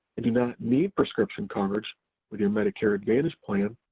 and do not need prescription coverage with your medicare advantage plan,